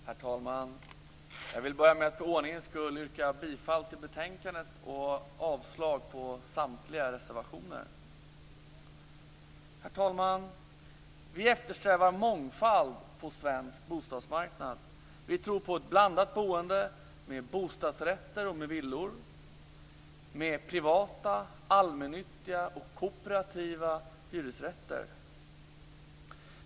Herr talman! Jag vill börja med att för ordningens skull börja med att yrka bifall till hemställan i betänkandet och avslag på samtliga reservationer. Herr talman! Vi eftersträvar mångfald på svensk bostadsmarknad. Vi tror på ett blandat boende med bostadsrätter och villor, med privata, allmännyttiga och kooperativa hyresrätter.